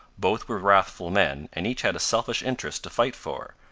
both were wrathful men and each had a selfish interest to fight for,